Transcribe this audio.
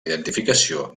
identificació